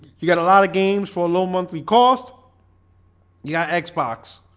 you got a lot of games for a low monthly cost you got xbox?